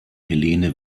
helene